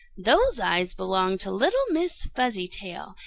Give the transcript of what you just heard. those eyes belong to little miss fuzzy-tail,